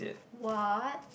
what